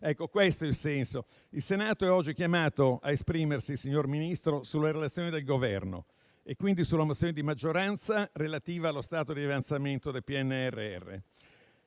Questo è il senso. Il Senato è oggi chiamato a esprimersi, signor Ministro, sulle relazioni del Governo e quindi sulla proposta di risoluzione di maggioranza relativa allo stato di avanzamento del PNRR.